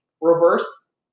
reverse